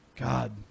god